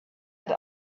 had